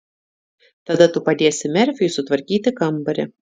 tada tu padėsi merfiui sutvarkyti kambarį